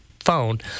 phone